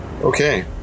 Okay